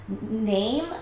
name